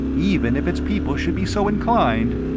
even if its people should be so inclined,